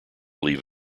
leave